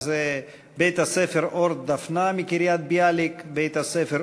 והם מבית-הספר "אורט דפנה" בקריית-ביאליק ומבית-הספר